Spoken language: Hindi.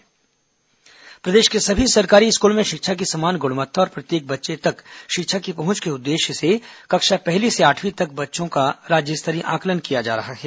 सावधिक आकलन प्रदेश के सभी सरकारी स्कूलों में शिक्षा की समान गुणवत्ता और प्रत्येक बच्चे तक शिक्षा की पहुंच के उद्देश्य से कक्षा पहली से आठवीं तक बच्चों का राज्य स्तरीय आकलन किया जा रहा है